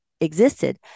existed